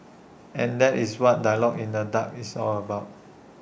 and that is what dialogue in the dark is all about